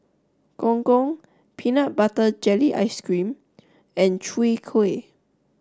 Gong Gong Peanut Butter Jelly Ice Cream and Chwee Kueh